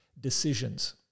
decisions